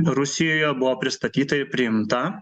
rusijoje buvo pristatyta ir priimta